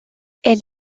elle